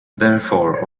therefore